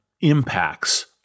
impacts